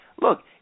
look